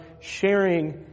sharing